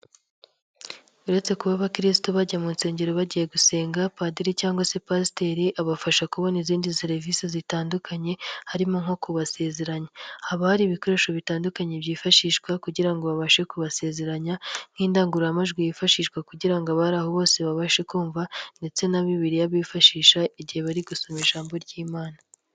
Uretse kuba abakirisito bajya mu nsengero bagiye gusenga padiri cyangwa se pasiteri abafasha kubona izindi serivisi zitandukanye, harimo nko kubasezeranya, haba hari ibikoresho bitandukanye byifashishwa kugira ngo babashe kubasezeranya nk'indangururamajwi yifashishwa kugira ngo abari aho bose babashe kumva ndetse na bibiliya bifashisha igihe bari gusoma ijambo ry'imana.